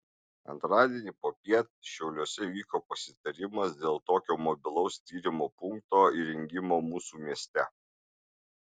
antradienį popiet šiauliuose vyko pasitarimas dėl tokio mobilaus tyrimų punkto įrengimo mūsų mieste